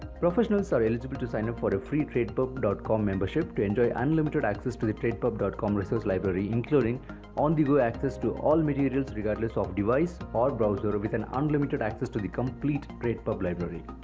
professionals are eligible to sign up for a free tradepub dot com membership to enjoy unlimited access to the tradepub dot com resource library including on-the-go access to all materials regardless of device or browser with an unlimited access to the complete tradepub library.